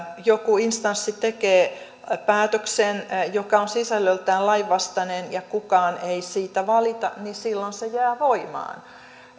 joku instanssi tekee päätöksen joka on sisällöltään lainvastainen ja kukaan ei siitä valita niin silloin se jää voimaan